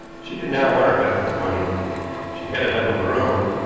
she did not want her husband's money she had enough of her own,